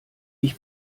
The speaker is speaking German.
ich